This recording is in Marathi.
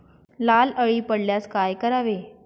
लाल अळी पडल्यास काय करावे?